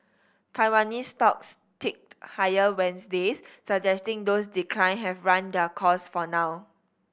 Taiwanese stocks ticked higher Wednesday's suggesting those decline have run their course for now